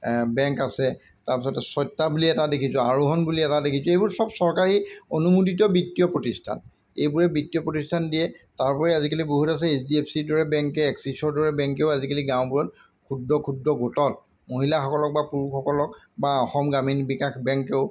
bank আছে তাৰপিছতে সত্যা বুলি এটা দেখিছোঁ আৰোহণ বুলি এটা দেখিছোঁ এইবোৰ চব চৰকাৰী অনুমোদিত বিত্তীয় প্ৰতিষ্ঠান এইবোৰে বৃত্তীয় প্ৰতিষ্ঠান দিয়ে তাৰোপৰি আজিকালি বহুত আছে এইচ ডি এফ চিৰ দৰে বেংকে এক্সিছৰ দৰে বেংকেও আজিকালি গাঁওবোৰত ক্ষুদ্ৰ ক্ষুদ্ৰ গোটত মহিলাসকলক বা পুৰুষসকলক বা অসম গ্ৰামীণ বিকাশ বেংকেও